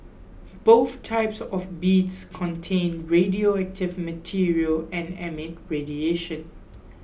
both types of beads contain radioactive material and emit radiation